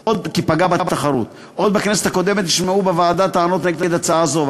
עוד בכנסת הקודמת נשמעו בוועדה טענות נגד הצעה זו,